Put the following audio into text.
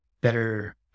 better